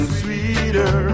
sweeter